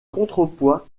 contrepoint